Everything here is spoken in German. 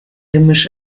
gemisch